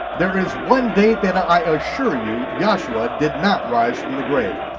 there is one date that i assure you yahshua did not raise from the grave,